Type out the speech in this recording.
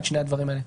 את שני הדברים האלה.